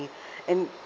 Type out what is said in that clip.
me and